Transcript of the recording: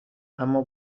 اما